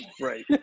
Right